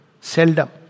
Seldom